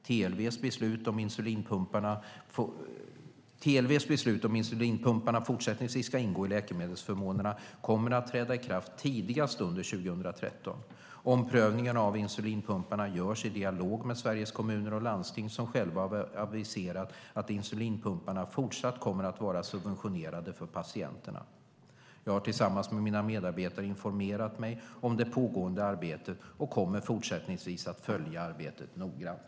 TLV:s beslut om huruvida insulinpumparna fortsättningsvis ska ingå i läkemedelsförmånerna kommer att träda i kraft tidigast under 2013. Omprövningen av insulinpumparna görs i dialog med Sveriges Kommuner och Landsting som själva har aviserat att insulinpumparna även i fortsättningen kommer att vara subventionerade för patienterna. Jag har tillsammans med mina medarbetare informerat mig om det pågående arbetet och kommer fortsättningsvis att följa arbetet noggrant.